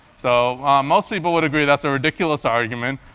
so most people would agree, that's a ridiculous argument.